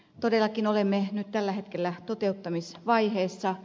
todellakin olemme nyt tällä hetkellä toteuttamisvaiheessa